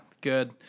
Good